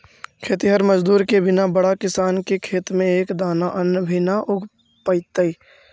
खेतिहर मजदूर के बिना बड़ा किसान के खेत में एक दाना अन्न भी न उग पइतइ